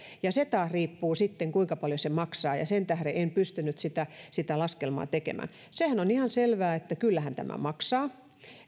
siitä taas riippuu sitten se kuinka paljon se maksaa ja sen tähden en pystynyt sitä sitä laskelmaa tekemään sehän on ihan selvää että kyllähän tämä maksaa